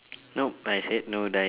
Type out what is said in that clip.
nope but I said no diet